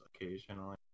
occasionally